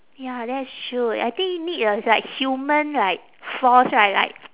ya that's true I think need a like human like force right like